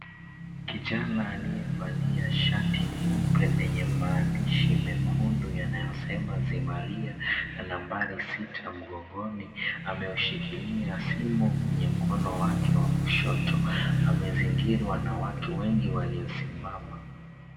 Kijana aliyevalia shati nyeupe lenye maandishi mekundu yanayosema Zimaria na nambari sita mgongoni ameushikilia simu kwenye mkono wake wa kushoto. Amezingirwa na watu wengi waliosimama.